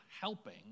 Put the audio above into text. helping